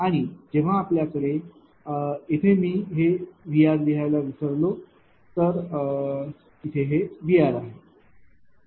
आणि जेव्हा आपल्याकडे येथे मी हे VRलिहायला विसरलो तर हे VRआहे